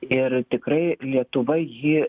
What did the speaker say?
ir tikrai lietuva jį